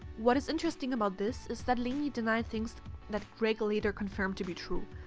what is interesting about this is that lainey denied things that greg later confirmed to be true.